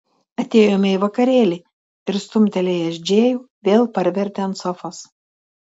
atėjome į vakarėlį ir stumtelėjęs džėjų vėl parvertė ant sofos